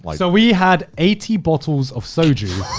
like so we had eighty bottles of soju